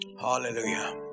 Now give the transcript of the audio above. Hallelujah